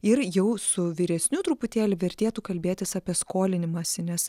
ir jau su vyresniu truputėlį vertėtų kalbėtis apie skolinimąsi nes